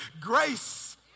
grace